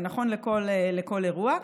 זה נכון לכל אירוע.